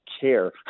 care